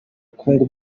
bukungu